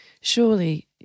surely